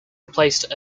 replaced